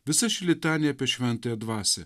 visa ši litanija apie šventąją dvasią